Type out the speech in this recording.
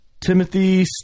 Timothy